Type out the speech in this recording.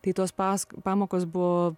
tai tos pask pamokos buvo